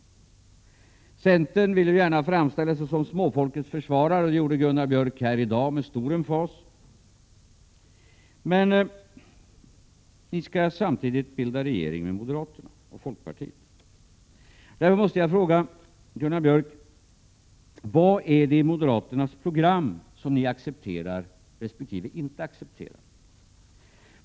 Centern vill ju gärna framställa sig som småfolkets försvarare, och det gjorde också Gunnar Björk här i dag med stor emfas. Men ni skall samtidigt bilda regering med moderaterna och folkpartiet. Därför måste jag fråga Gunnar Björk: Vad är det i moderaternas program som ni accepterar resp. inte accepterar?